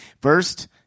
First